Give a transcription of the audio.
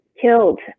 killed